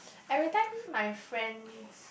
every time my friend